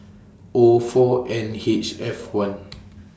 O four N H F one